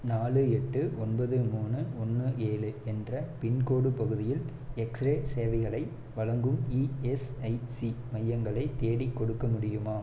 நாலு எட்டு ஒன்பது மூணு ஒன்று ஏழு என்ற பின்கோட் பகுதியில் எக்ஸ்ரே சேவைகளை வழங்கும் இஎஸ்ஐசி மையங்களை தேடிக்கொடுக்க முடியுமா